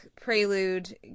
Prelude